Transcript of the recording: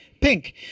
Pink